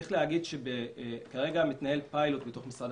צריך להגיד שכרגע מתנהל פיילוט בתוך משרד